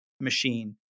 machine